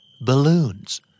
Balloons